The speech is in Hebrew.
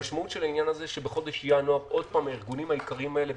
המשמעות של העניין הזה היא שבחודש ינואר עוד פעם הארגונים היקרים האלה,